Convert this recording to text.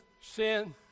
sin